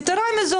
יתרה מזאת,